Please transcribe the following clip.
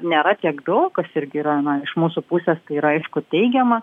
nėra tiek daug kas irgi yra na iš mūsų pusės tai yra aišku teigiama